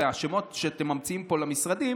והשמות שאתם ממציאים פה למשרדים,